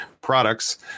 products